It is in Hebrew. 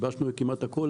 גיבשנו כמעט הכול,